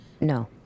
No